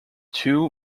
two